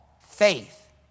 faith